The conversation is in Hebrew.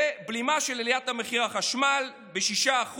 בלימה של עליית מחיר החשמל ב-6%,